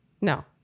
No